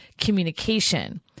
communication